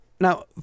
Now